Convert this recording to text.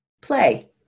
play